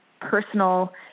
personal